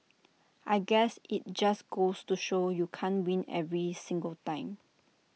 I guess IT just goes to show you can't win every single time